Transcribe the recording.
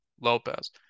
Lopez